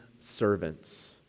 servants